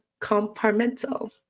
Compartmental